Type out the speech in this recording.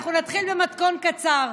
אנחנו נתחיל במתכון קצר.